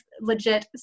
legit